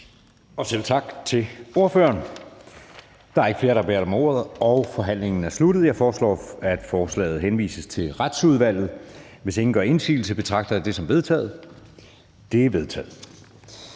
Jeg siger tak til ordføreren. Da der ikke er flere, som har bedt om ordet, er forhandlingen sluttet. Jeg foreslår, at forslaget henvises til Retsudvalget. Hvis ingen gør indsigelse, betragter jeg dette som vedtaget. Det er vedtaget.